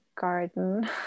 garden